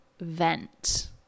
vent